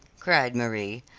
cried marie,